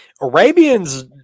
Arabians